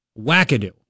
Wackadoo